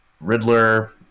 Riddler